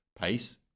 pace